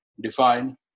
define